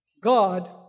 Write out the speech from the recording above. God